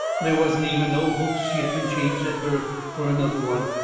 they wasn't even no hopes she had been changed at birth fur another one.